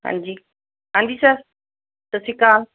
ਹਾਂਜੀ ਹਾਂਜੀ ਸਰ ਸਤਿ ਸ਼੍ਰੀ ਅਕਾਲ